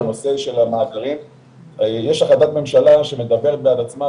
כי כל אחד בגזרתו מתכונן הכי